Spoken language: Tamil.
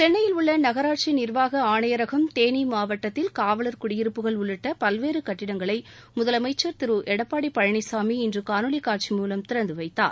சென்னையில் உள்ள நகராட்சி நிர்வாக ஆணையரகம் தேனி மாவட்டத்தில் காவலர் குடியிருப்புகள் உள்ளிட்ட பல்வேறு கட்டிடங்களை முதலமைச்சர் திரு எடப்பாடி பழனிசாமி இன்று காணொலி காட்சி மூலம் திறந்து வைத்தார்